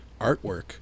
artwork